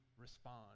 respond